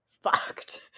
fucked